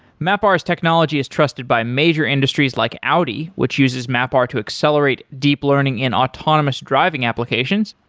mapr's technology is trusted by major industries like audi, which uses mapr to accelerate deep learning in autonomous driving applications.